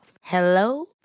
Hello